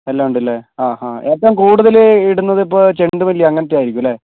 എല്ലാം ഉണ്ടല്ലേ ആഹ് ആഹ് ഏറ്റവും കൂടുതൽ ഇടുന്നത് ഇപ്പോൾ ചെണ്ടുമല്ലി അങ്ങനത്തെയായിരിക്കും അല്ലേ